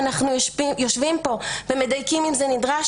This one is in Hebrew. כשאנחנו יושבים פה ומדייקים האם זה נדרש,